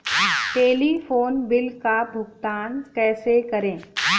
Telephone bill का भुगतान कैसे करें?